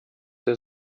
der